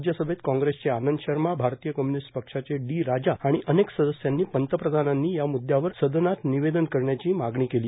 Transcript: राज्यसभेत कॉंग्रेसचे आनंद शर्मा भारतीय कम्युनिस्ट पक्षाचे डी राजा आणि अनेक सदस्यांनी पंतप्रधानांनी या मुद्यावर सदनात निवेदन करण्याची मागणी केली